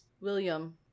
William